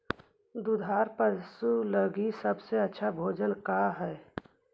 दुधार पशु लगीं सबसे अच्छा भोजन का हई?